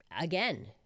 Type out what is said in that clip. again